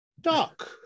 duck